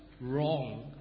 wrong